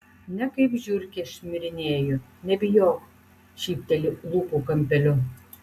ne kaip žiurkė šmirinėju nebijok šypteli lūpų kampeliu